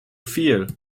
feel